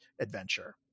adventure